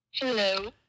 Hello